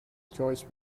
choice